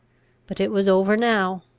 but it was over now.